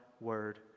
word